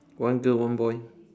one girl one boy